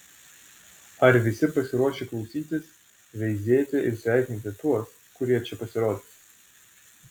ar visi pasiruošę klausytis veizėti ir sveikinti tuos kurie čia pasirodys